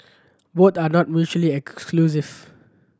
both are not mutually exclusive